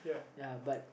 ya but